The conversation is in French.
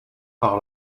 par